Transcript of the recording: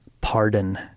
pardon